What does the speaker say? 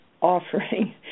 offering